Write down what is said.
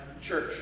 church